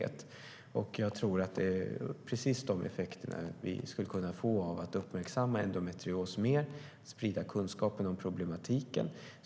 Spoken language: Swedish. Det känner jag igen från andra undersökningar, inte minst när man tittar internationellt. Det är dessa effekter jag tror att vi skulle kunna få av att uppmärksamma endometrios mer och genom att sprida kunskap om problematiken.